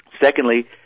Secondly